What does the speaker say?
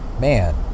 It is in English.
man